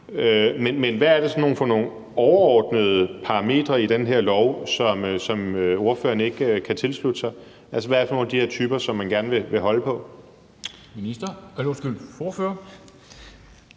Men hvad er det så for nogle overordnede parametre i den her lov, som ordføreren ikke kan tilslutte sig? Altså, hvad er det for nogle af de her typer, som man gerne vil holde på? Kl. 14:00 Formanden